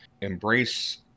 Embrace